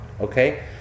okay